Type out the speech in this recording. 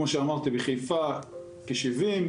כמו שאמרתי, בחיפה כ-70.